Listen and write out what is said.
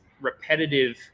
repetitive